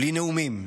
בלי נאומים'",